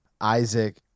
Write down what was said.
Isaac